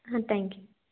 ah thank you